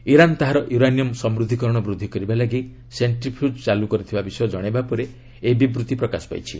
Iran ତାହାର uranium ସମୃଦ୍ଧୀକରଣ ବୃଦ୍ଧି କରିବାଲାଗି ସେଷ୍ଟ୍ରିଫ୍ୟୁଜ୍ ଚାଲୁ କରିଥିବା ବିଷୟ ଜଣାଇବା ପରେ ଏହି ବିବୃତ୍ତି ପ୍ରକାଶ ପାଇଛି